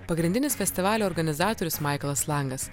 pagrindinis festivalio organizatorius maiklas langas